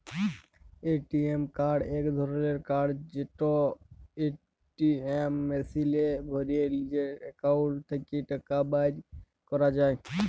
ATM card ইক ধরলের card যেট এটিএম মেশিলে ভ্যরে লিজের একাউল্ট থ্যাকে টাকা বাইর ক্যরা যায়